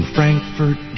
Frankfurt